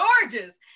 gorgeous